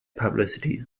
publicity